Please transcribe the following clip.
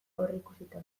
aurreikusita